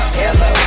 hello